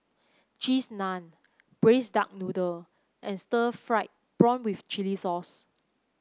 Cheese Naan Braised Duck Noodle and Stir Fried Prawn with Chili Sauce